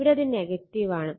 ഇവിടെ ഇത് ആണ്